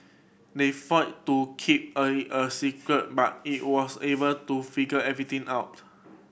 they fired to keep early a secret but he was able to figure everything out